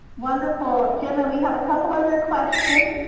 wonderful jim. and we have a couple other questions,